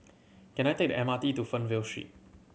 can I take the M R T to Fernvale Street